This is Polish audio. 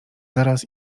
zaraz